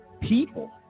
people